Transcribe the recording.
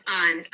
on